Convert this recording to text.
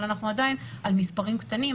אבל אנחנו עדיין על מספרים קטנים.